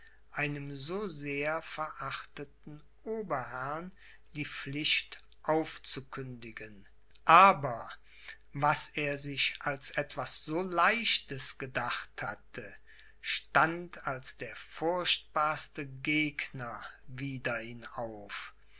einem so sehr verachteten oberherrn die pflicht aufzukündigen aber was er sich als etwas so leichtes gedacht hatte stand als der furchtbarste gegner wider ihn auf